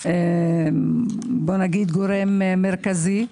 מהווה גורם מרכזי,